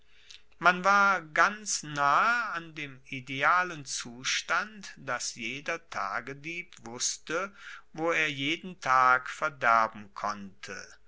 man war ganz nahe an dem idealen zustand dass jeder tagedieb wusste wo er jeden tag verderben konnte